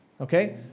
Okay